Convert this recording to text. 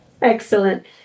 Excellent